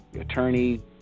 attorney